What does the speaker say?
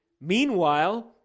Meanwhile